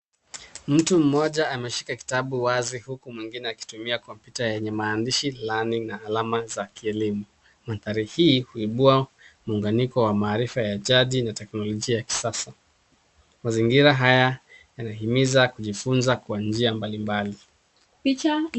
Mtu mmoja ameshika kitabu wazi huku mwingine akitumia kompyuta yenye maandishi ya Learning na alama za kielimu. Mandhari hii huibua muunganiko wa maarifa ya jaji na teknolojia ya kisasa. Mazingira haya yanahimiza kujifunza kwa njia mbalimbali.